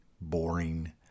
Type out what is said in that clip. boring